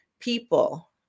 People